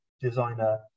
designer